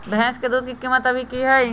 भैंस के दूध के कीमत अभी की हई?